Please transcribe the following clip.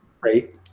Right